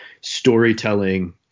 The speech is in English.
storytelling